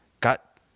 got